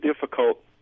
difficult